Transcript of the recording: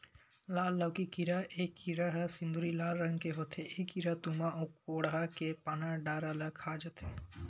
लाल लौकी कीरा ए कीरा ह सिंदूरी लाल रंग के होथे ए कीरा तुमा अउ कोड़हा के पाना डारा ल खा जथे